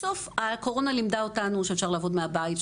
בסוף הקורונה לימדה אותנו שאפשר לעבוד מהבית,